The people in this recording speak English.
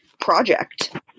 project